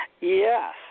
Yes